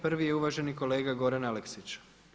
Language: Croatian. Prvi je uvaženi kolega Goran Aleksić.